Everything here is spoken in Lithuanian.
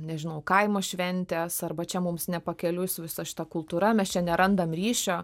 nežinau kaimo šventės arba čia mums ne pakeliui su visa šita kultūra mes čia nerandam ryšio